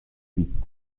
huit